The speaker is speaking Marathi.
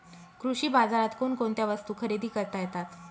कृषी बाजारात कोणकोणत्या वस्तू खरेदी करता येतात